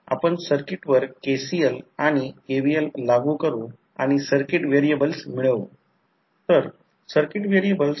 परंतु जर त्यामध्ये पाहिले या खालच्या कोरमध्ये पाहिले तर हे ट्रान्सफॉर्मरचे लो व्होल्टेज वाइंडिंग आहे आणि हे हाय व्होल्टेज वाइंडिंग आहे तर ते कसे आहेत आणि हे लॅमिनेटेड कोर आहे